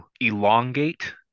elongate